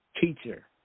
teacher